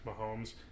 Mahomes